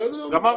בסדר גמור.